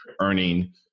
earning